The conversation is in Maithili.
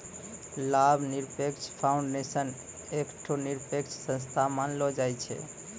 लाभ निरपेक्ष फाउंडेशन एकठो निरपेक्ष संस्था मानलो जाय छै